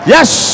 Yes